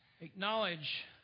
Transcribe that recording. acknowledge